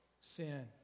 sin